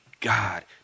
God